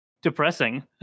Depressing